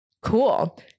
Cool